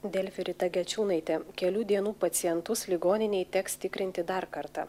delfi rita gečiūnaitė kelių dienų pacientus ligoninėj teks tikrinti dar kartą